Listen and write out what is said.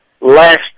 last